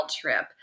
trip